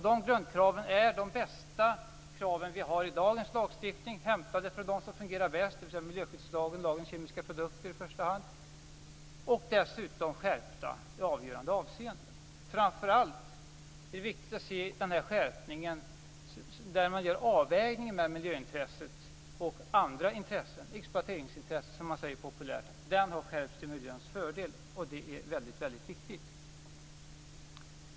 Dessa grundkrav är de bästa krav vi har i dagens lagstiftning. De är hämtade från de lagar som fungerar bäst, dvs. i första hand miljöskyddslagen och lagen om kemiska produkter. Dessutom är de skärpta i avgörande avseenden. Framför allt är det viktigt att se skärpningen i avvägningen mellan miljöintresset och andra intressen - exploateringsintressen, som man säger populärt. Här har lagen skärpts till miljöns fördel, och det är väldigt viktigt.